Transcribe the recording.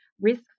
risk